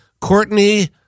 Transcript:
Courtney